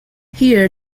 here